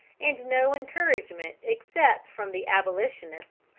and no encouragement except from the abolitionists,